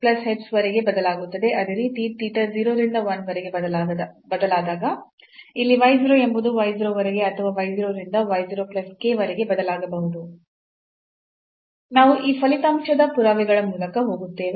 ಅದೇ ರೀತಿ theta 0 ರಿಂದ 1 ವರೆಗೆ ಬದಲಾದಾಗ ಇಲ್ಲಿ y 0 ಎಂಬುದು y 0 ವರೆಗೆ ಅಥವಾ y 0 ರಿಂದ y 0 plus k ವರೆಗೆ ಬದಲಾಗಬಹುದು ನಾವು ಈ ಫಲಿತಾಂಶದ ಪುರಾವೆಗಳ ಮೂಲಕ ಹೋಗುತ್ತೇವೆ